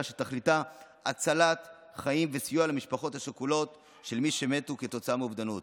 שתכליתה הצלת חיים וסיוע למשפחות השכולות של מי שמתו כתוצאה מהתאבדות.